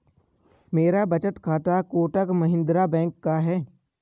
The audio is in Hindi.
मेरा बचत खाता कोटक महिंद्रा बैंक का है